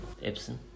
Epson